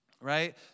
right